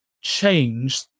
change